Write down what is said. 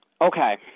Okay